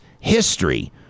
history